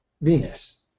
Venus